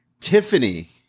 Tiffany